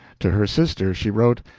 to her sister she wrote,